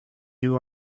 new